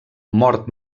mort